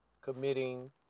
committing